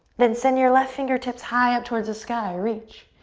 then send your left fingertips high up towards the sky, reach.